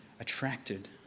attracted